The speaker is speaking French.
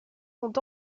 sont